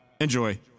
Enjoy